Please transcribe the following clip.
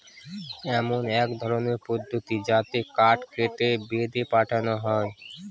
এমন এক ধরনের পদ্ধতি যাতে কাঠ কেটে, বেঁধে পাঠানো হয়